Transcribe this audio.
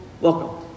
welcome